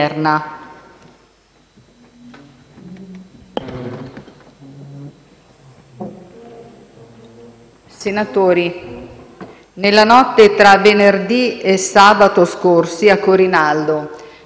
Senatori, nella notte tra venerdì e sabato scorsi, a Corinaldo,